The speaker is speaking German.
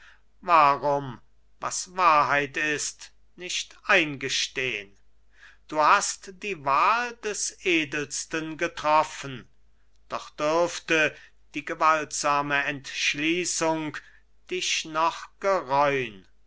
warum was wahrheit ist nicht eingestehn du hast die wahl des edelsten getroffen doch dürfte die gewaltsame entschließung dich noch